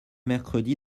mercredi